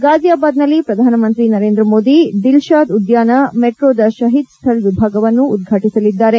ಗಾಜಿಯಾಬಾದ್ ನಲ್ಲಿ ಪ್ರಧಾನಮಂತ್ರಿ ಮೋದಿ ದಿಲ್ ಶಾದ್ ಉದ್ಧಾನ ಮೆಟ್ರೋದ ಶಹೀದ್ ಸ್ಕಳ್ ವಿಭಾಗವನ್ನು ಉದ್ಘಾಟಸಲಿದ್ದಾರೆ